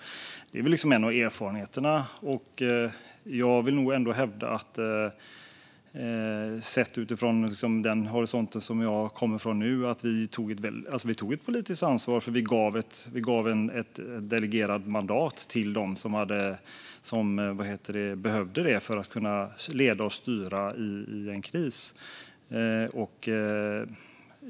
Det är en av mina erfarenheter. Sett från den horisont jag kommer ifrån nu vill jag nog ändå hävda att vi tog ett politiskt ansvar. Vi gav ett delegerat mandat till dem som behövde det för att kunna leda och styra i en kris.